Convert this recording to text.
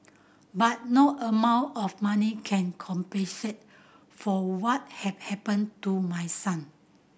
but no amount of money can compensate for what had happened to my son